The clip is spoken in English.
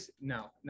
No